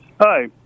Hi